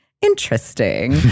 Interesting